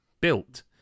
built